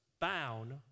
bound